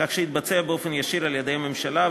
כך שיתבצע באופן ישיר על-ידי הממשלה,